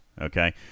okay